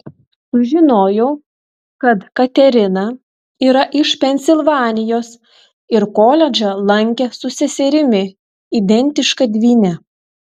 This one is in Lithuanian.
sužinojau kad katerina yra iš pensilvanijos ir koledžą lankė su seserimi identiška dvyne